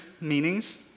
meanings